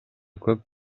көп